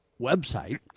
website